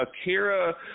Akira